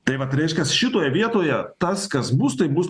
tai vat reiškias šitoje vietoje tas kas bus tai bus